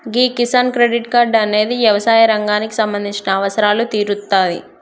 గీ Kisan credit card అనేది యవసాయ రంగానికి సంబంధించిన అవసరాలు తీరుత్తాది